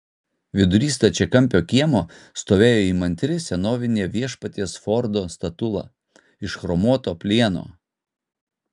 vidury stačiakampio kiemo stovėjo įmantri senovinė viešpaties fordo statula iš chromuoto plieno